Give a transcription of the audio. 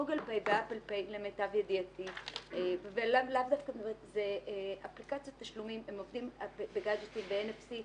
גוגל-פיי ואפל-פיי למיטב ידיעתי עובדים בגאדג'טים- ב-NSE,